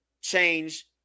change